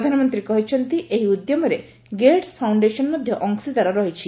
ପ୍ରଧାନମନ୍ତ୍ରୀ କହିଛନ୍ତି ଏହି ଉଦ୍ୟମରେ ଗେଟ୍ସ ଫାଉଣ୍ଡେସନ ମଧ୍ୟ ଅଂଶୀଦାର ରହିଛି